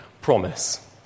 promise